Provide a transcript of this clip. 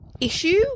issue